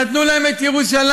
נתנו להם את ירושלים.